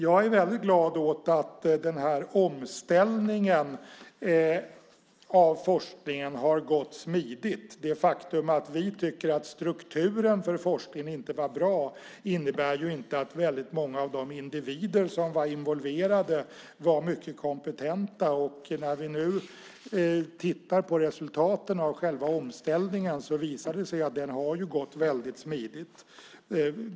Jag är glad över att omställningen av forskningen har varit smidig. Det faktum att vi tycker att strukturen för forskningen inte var bra innebär inte att många av de individer som var involverade inte var mycket kompetenta. När vi nu tittar på resultaten av själva omställningen visar det sig att den har varit smidig.